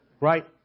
Right